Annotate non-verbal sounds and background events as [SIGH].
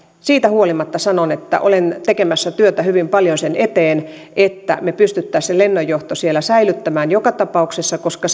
siitä huolimatta sanon että olen tekemässä työtä hyvin paljon sen eteen että me pystyisimme sen lennonjohdon siellä säilyttämään joka tapauksessa koska [UNINTELLIGIBLE]